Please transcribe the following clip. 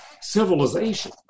civilization